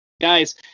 guys